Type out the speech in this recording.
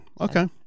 Okay